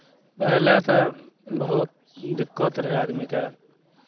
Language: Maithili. पहिले तऽ बहुत दिक्कत रहै आदमीकेँ